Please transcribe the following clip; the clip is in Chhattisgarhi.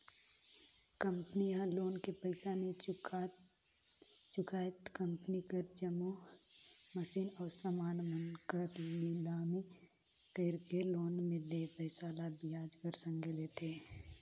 कंपनी ह लोन के पइसा नी चुकाय त कंपनी कर जम्मो मसीन अउ समान मन कर लिलामी कइरके लोन में देय पइसा ल बियाज कर संघे लेथे